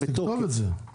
אז תכתוב את זה.